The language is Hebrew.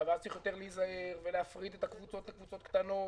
ואז צריך יותר להיזהר ולהפריד לקבוצות קטנות